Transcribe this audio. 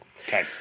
Okay